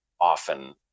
often